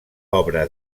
obra